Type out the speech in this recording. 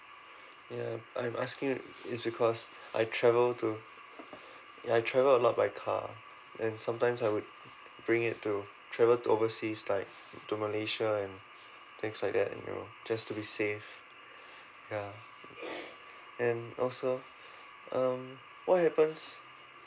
ya I'm asking it it's because I travel to I travel a lot of by car and sometimes I would bring it to travel to overseas like to malaysia and things like that you know just to be safe ya and also um what happens